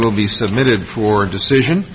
will be submitted for decision